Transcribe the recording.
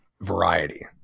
variety